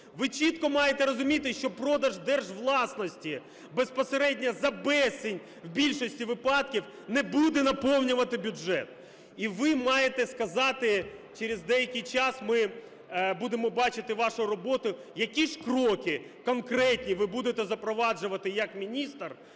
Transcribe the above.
Ви чітко маєте розуміти, що продаж держвласності безпосередньо за безцінь в більшості випадків не буде наповнювати бюджет. І ви маєте сказати - через деякий час ми будемо бачити вашу роботу, - які ж кроки конкретні ви будете запроваджувати як міністр,